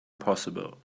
possible